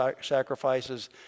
sacrifices